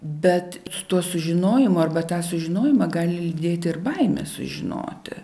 bet to sužinojimo arba tą sužinojimą gali lydėti ir baimė sužinoti